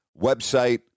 website